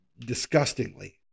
disgustingly